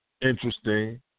interesting